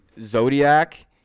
Zodiac –